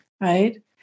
right